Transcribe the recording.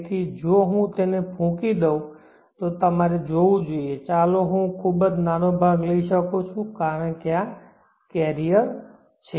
તેથી જો હું તેને ફૂંકી દઉં તો તમારે જોવું જોઈએ ચાલો હું ખૂબ જ નાનો ભાગ લઈ શકું કારણ કે આ કેરિયર છે